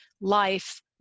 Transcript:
life